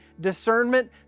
discernment